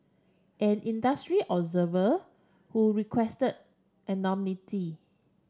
an industry observer who requested anonymity